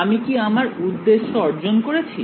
আমি কি আমার উদ্দেশ্য অর্জন করেছি